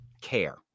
care